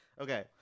Okay